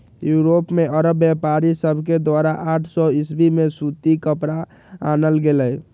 Europe में अरब व्यापारिय सभके द्वारा आठ सौ ईसवी में सूती कपरा आनल गेलइ